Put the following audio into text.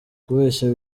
kubeshya